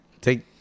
take